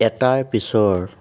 এটাৰ পিছৰ